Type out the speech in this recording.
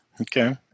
Okay